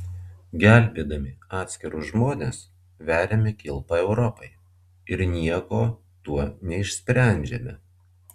gelbėdami atskirus žmones veriame kilpą europai ir nieko tuo neišsprendžiame